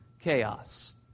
chaos